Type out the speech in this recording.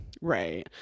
Right